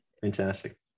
fantastic